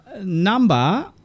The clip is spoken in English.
number